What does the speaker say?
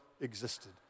existed